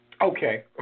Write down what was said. Okay